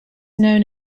known